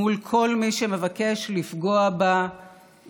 מול כל מי שמבקש לפגוע בה ולהשמידה.